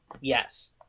Yes